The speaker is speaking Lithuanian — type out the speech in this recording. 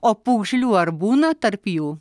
o pūgžlių ar būna tarp jų